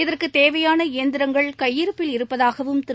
இதற்கு தேவையான இயந்திரங்கள் கையிருப்பில் இருப்பதாகவும் திரு